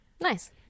Nice